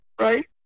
right